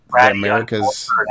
America's